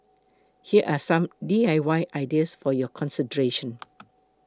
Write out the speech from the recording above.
here are some D I Y ideas for your consideration